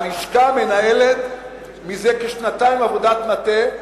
הלשכה מנהלת מזה כשנתיים עבודת מטה,